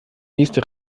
nächste